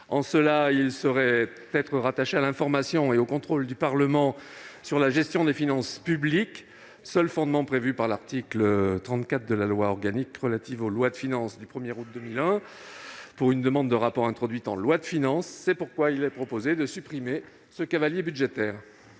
En cela, il ne saurait être rattaché à « l'information et au contrôle du Parlement sur la gestion des finances publiques », seul fondement prévu par l'article 34 de la loi organique relative aux lois de finances du 1août 2001 pour une demande de rapport introduite en loi de finances. C'est pourquoi il est proposé de supprimer ce cavalier budgétaire.